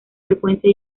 frecuencia